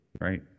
right